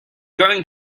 going